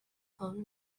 phone